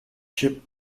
chip